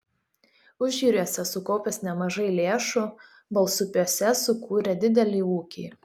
užjūriuose sukaupęs nemažai lėšų balsupiuose sukūrė didelį ūkį